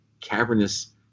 cavernous